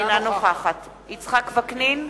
אינה נוכחת יצחק וקנין,